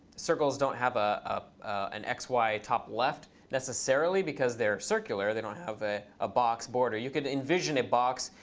circles don't have ah ah an x, y top left, necessarily, because they're circular. they don't have a a box border. you could envision a box,